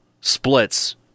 splits